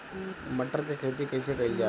मटर के खेती कइसे कइल जाला?